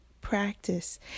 practice